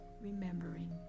remembering